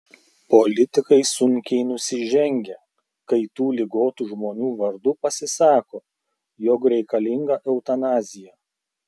politikai sunkiai nusižengia kai tų ligotų žmonių vardu pasisako jog reikalinga eutanazija